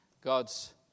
God's